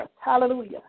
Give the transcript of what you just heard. hallelujah